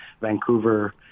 Vancouver